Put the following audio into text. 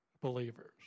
believers